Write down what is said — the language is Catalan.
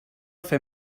fer